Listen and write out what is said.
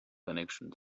connections